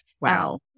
Wow